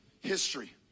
history